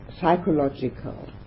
psychological